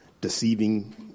deceiving